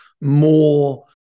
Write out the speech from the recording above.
more